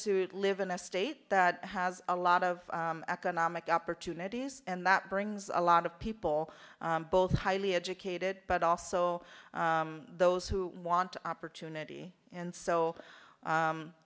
to live in a state that has a lot of economic opportunities and that brings a lot of people both highly educated but also those who want opportunity and so